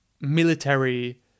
military